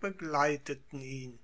begleiteten ihn